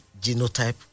genotype